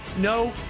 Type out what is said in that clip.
No